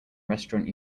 restaurant